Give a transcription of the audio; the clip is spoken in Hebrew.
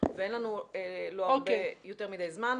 ואין לנו יותר מדיי זמן.